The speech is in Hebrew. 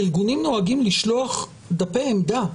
ארגונים נוהגים לשלוח דפי עמדה.